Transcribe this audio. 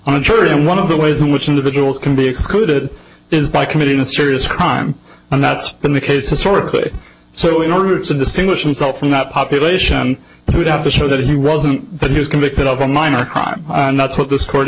on a jury and one of the ways in which individuals can be excluded is by committing a serious crime and that's been the case historically so in order to distinguish himself from that population it would have to show that he wasn't but he was convicted of a minor crime and that's what this court